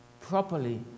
properly